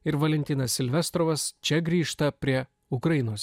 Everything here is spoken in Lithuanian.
ir valentinas silvestros čia grįžta prie ukrainos